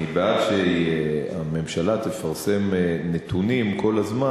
אני בעד שהממשלה תפרסם את זה וכמה היא